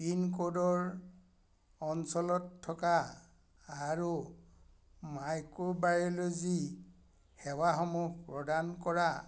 পিনক'ডৰ অঞ্চলত থকা আৰু মাইক্ৰোবায়'লোজি সেৱাসমূহ প্ৰদান কৰা